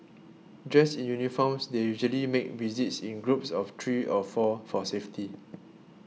dressed in uniforms they usually make visits in groups of three of four for safety